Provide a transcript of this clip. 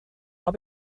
will